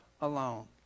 alone